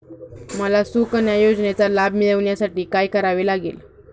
मला सुकन्या योजनेचा लाभ मिळवण्यासाठी काय करावे लागेल?